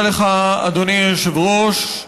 תודה לך, אדוני היושב-ראש.